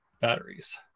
batteries